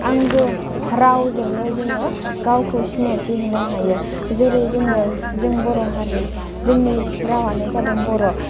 आंगो रावजोंनो जोङो गावखौ सिनायथि होनो हायो जेरै जोङो जों बर' हारि जोंनि रावानो जादों बर'